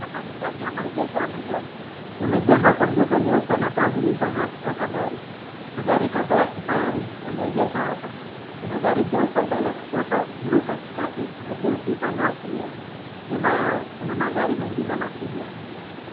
Hapa ni ndani ya maegesho ya magari. Yamejengwa kwa nguzo nyeupe na taa zilizo ng’aa kutoka dari. Magari kadhaa ya kifahari yameegeshwa hapa. Kuna gari jeupe mbele kushoto, blue katikati na jeusi upande wa kulia. Nyuma yao kuna magari mengine makubwa.